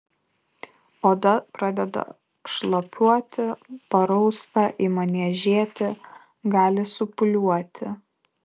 oda pradeda šlapiuoti parausta ima niežėti gali supūliuoti